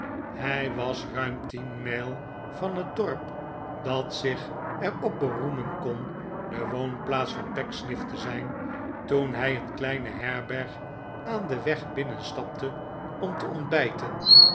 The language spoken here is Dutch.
hij was ruim tien mijl van het dorp dat zich er op beroemen kon de woonplaats van pecksniff te zijn toen hij een kleine herberg aan den weg binnenstapte om te ontbijten